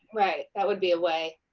right, that would be a way.